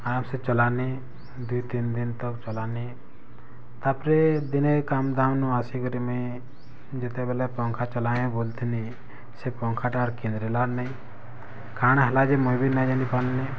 ଆରମ୍ ସେ ଚଲାନି ଦୁଇ ତିନି ତକ ଚଲାନି ତା ପରେ ଦିନେ କାମ୍ ଦାମ୍ ନୁ ଆସିକରି ମେ ଯେତେବେଲେ ପଙ୍ଖା ଚଲାଏ ବୋଲଥିଲି ସେ ପଙ୍ଖା ଟା ଆର୍ କେନ୍ଦିରିଲା ନାଇଁ କାଣା ହେଲା ଯେ ମୁଇଁ ବି ନାଇ ଜାନି ପାଇଲି